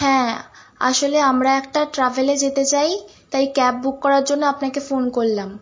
হ্যাঁ আসলে আমরা একটা ট্রাভেলে যেতে চাই তাই ক্যাব বুক করার জন্য আপনাকে ফোন করলাম